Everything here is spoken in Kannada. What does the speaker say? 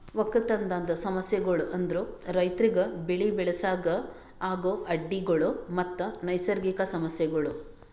ಒಕ್ಕಲತನದ್ ಸಮಸ್ಯಗೊಳ್ ಅಂದುರ್ ರೈತುರಿಗ್ ಬೆಳಿ ಬೆಳಸಾಗ್ ಆಗೋ ಅಡ್ಡಿ ಗೊಳ್ ಮತ್ತ ನೈಸರ್ಗಿಕ ಸಮಸ್ಯಗೊಳ್